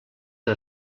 que